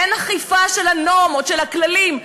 אין אכיפה של הנורמות, של הכללים.